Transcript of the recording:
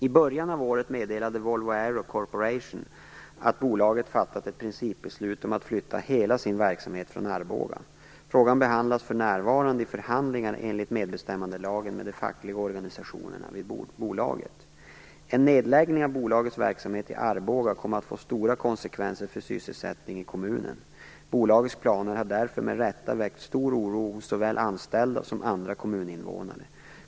I början av året meddelade Volvo Aero Corporation AB att bolaget fattat ett principbeslut om att flytta hela sin verksamhet från Arboga. Frågan behandlas för närvarande i förhandlingar enligt medbestämmandelagen med de fackliga organisationerna vid bolaget. En nedläggning av bolagets verksamheter i Arboga kommer att få stora konsekvenser för sysselsättningen i kommunen. Bolagets planer har därför med rätta väckt stor oro hos såväl anställda som andra kommuninvånare.